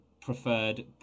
preferred